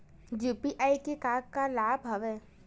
UPI के का का लाभ हवय?